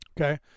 okay